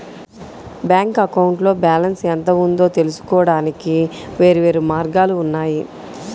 bank అకౌంట్లో balance ఎంత ఉందో తెలుసుకోవడానికి వేర్వేరు మార్గాలు ఉన్నాయి